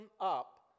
up